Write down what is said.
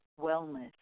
wellness